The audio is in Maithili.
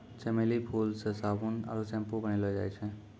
चमेली फूल से साबुन आरु सैम्पू बनैलो जाय छै